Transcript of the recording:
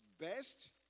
best